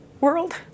world